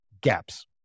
gaps